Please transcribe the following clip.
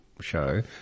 show